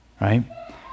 right